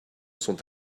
sont